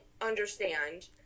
understand